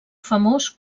famós